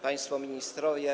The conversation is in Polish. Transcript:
Państwo Ministrowie!